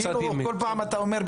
כל פעם אתה אומר,